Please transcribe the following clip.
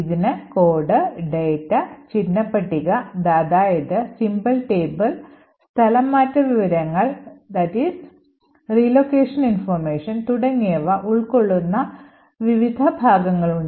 ഇതിന് code data ചിഹ്ന പട്ടിക സ്ഥലം മാറ്റ വിവരങ്ങൾ തുടങ്ങിയവ ഉൾക്കൊള്ളുന്ന വിവിധ വിഭാഗങ്ങളുണ്ട്